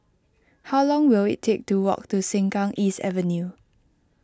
how long will it take to walk to Sengkang East Avenue